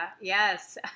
yes